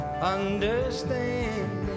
Understand